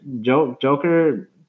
Joker